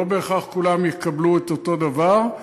לא בהכרח כולם יקבלו את אותו דבר,